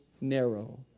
narrow